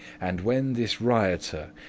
and when this riotour,